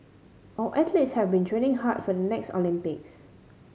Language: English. our athletes have been training hard for the next Olympics